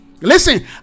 Listen